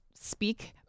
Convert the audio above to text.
speak